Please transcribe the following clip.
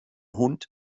hund